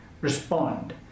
respond